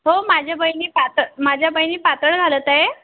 हो माझ्या बहिणी पातळ माझ्या बहिणी पातळ घालत आहे